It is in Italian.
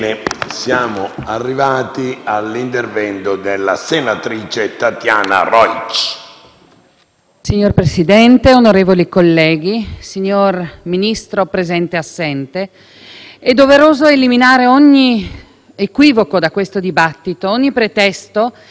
Signor Presidente, onorevoli colleghi, signor Ministro presente-assente, è doveroso eliminare ogni equivoco da questo dibattito, ogni pretesto che possa essere usato per alimentare uno scontro nel merito dei fatti avvenuti a bordo della nave Diciotti.